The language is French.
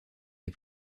les